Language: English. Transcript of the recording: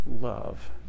love